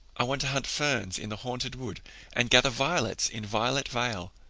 i want to hunt ferns in the haunted wood and gather violets in violet vale.